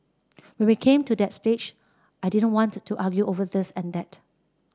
when we came to that stage I didn't want to argue over this and that